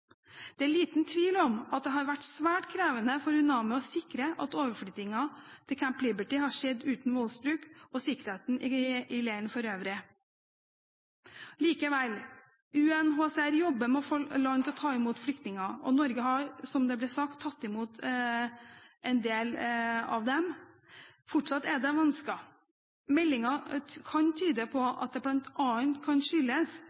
Det er liten tvil om at det har vært svært krevende for UNAMI å sikre at overflyttingen til Camp Liberty skjedde uten voldsbruk, og sikkerheten i leiren for øvrig. Likevel: UNHCR jobber med å få land til å ta imot flyktninger, og Norge har – som det ble sagt – tatt imot en del av dem. Fortsatt er det vansker. Meldinger kan tyde på at det bl.a. kan skyldes